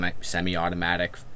semi-automatic